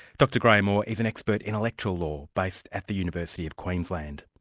dr graeme orr is an expert in electoral law, based at the university of queensland.